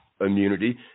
immunity